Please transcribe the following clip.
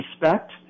respect